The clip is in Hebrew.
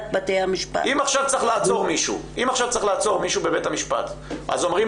אם עכשיו צריך לעצור מישהו בבית המשפט אז אומרים